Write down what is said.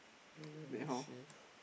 wait let me see